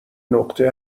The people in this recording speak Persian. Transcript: نقطه